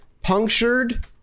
Punctured